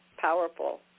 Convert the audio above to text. powerful